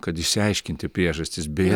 kad išsiaiškinti priežastis bei